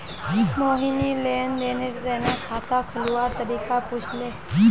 मोहिनी लेन देनेर तने खाता खोलवार तरीका पूछले